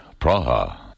Praha